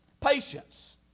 Patience